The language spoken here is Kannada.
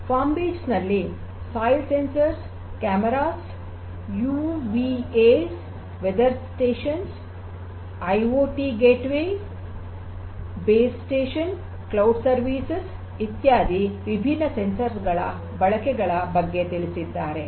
ಫಾರ್ಮ್ ಬೀಟ್ಸ್ ನಲ್ಲಿ ಮಣ್ಣಿನ ಸಂವೇದಕಗಳು ಕ್ಯಾಮೆರಾಸ್ ಯುವಿಎ ಹವಾಮಾನ ಕೇಂದ್ರಗಳು IoT gateways base station cloud ಸೇವೆಗಳು ಇತ್ಯಾದಿ ವಿಭಿನ್ನಸಂವೇದಕಗಳ ಬಳಕೆಗಳ ಬಗ್ಗೆ ತಿಳಿಸಿದ್ದಾರೆ